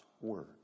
word